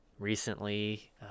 Recently